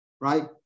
right